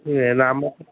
ହେ ନା ମଁ